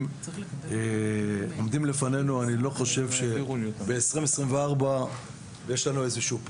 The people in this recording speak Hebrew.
עומדים לפנינו שב-2024 יש לנו איזשהו...